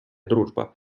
дружба